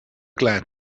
glad